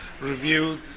review